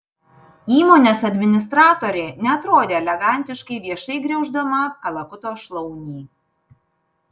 įmonės administratorė neatrodė elegantiškai viešai griauždama kalakuto šlaunį